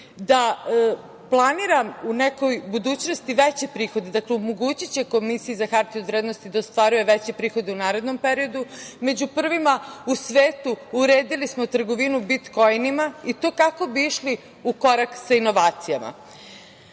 da planiram u nekoj budućnosti veće prihode. Dakle, omogućiće Komisiji za hartije od vrednosti da ostvaruju veće prihode u narednom periodu, među prvima u svetu uredili smo trgovinu bitkoinima i to kako bi išli u korak sa inovacijama. Prošle